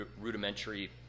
rudimentary